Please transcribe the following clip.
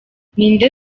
ninde